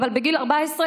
אבל בגיל 14,